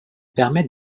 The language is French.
permettent